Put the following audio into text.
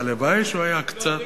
שהלוואי שהוא היה קצת,